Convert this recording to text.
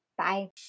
Bye